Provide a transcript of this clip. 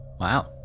wow